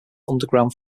underground